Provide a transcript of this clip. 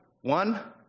One